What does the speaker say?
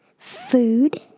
Food